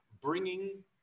bringing